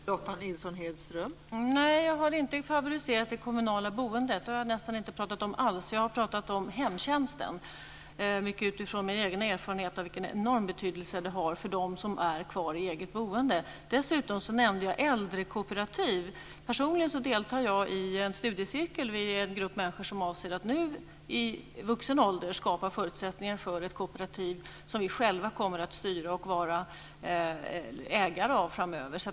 Fru talman! Nej, jag har inte favoriserat det kommunala boendet. Det har jag nästan inte pratat om alls. Jag har pratat om hemtjänsten - mycket utifrån mina egna erfarenheter av vilken enorm betydelse det har för dem som är kvar i eget boende. Dessutom nämnde jag äldrekooperativ. Personligen deltar jag i en studiecirkel. Vi är en grupp människor som avser att nu i vuxen ålder skapa förutsättningar för ett kooperativ som vi själva kommer att styra och vara ägare av framöver.